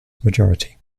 majority